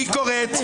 היא קוראת,